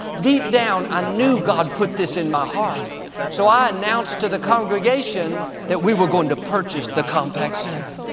deep down, i ah knew god put this in my heart so i announced to the congregation that we were going to purchase the compaq center.